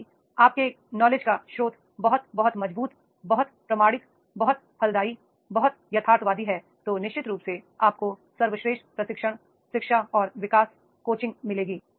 यदि आपके ज्ञान का स्रोत बहुत बहुत मजबूत बहुत प्रामाणिक बहुत फलदायी बहुत यथार्थवादी है तो निश्चित रूप से आपको सर्वश्रेष्ठ प्रशिक्षण शिक्षा और वि का स को चिंग मिलेगी